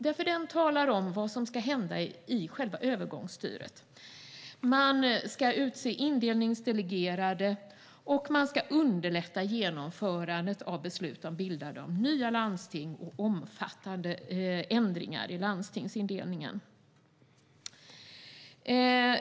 Här talas det nämligen om vad som ska hända i själva övergångsstyret. Man ska utse indelningsdelegerade och underlätta genomförandet av beslut om bildande av nya landsting och omfattande ändringar i landstingsindelningen.